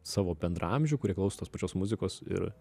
savo bendraamžių kurie klauso tos pačios muzikos ir